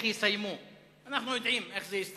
עוד, אבל עכשיו הוא מדבר שתי דקות.